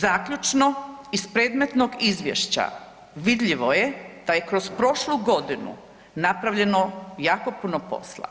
Zaključno, iz predmetnog izvješća vidljivo je da je kroz prošlu godinu napravljeno jako puno posla,